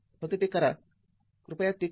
फक्त ते करा कृपया ते करा